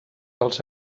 als